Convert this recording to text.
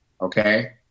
okay